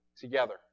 together